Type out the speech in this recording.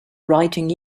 writing